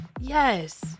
Yes